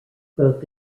both